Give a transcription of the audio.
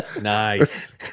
nice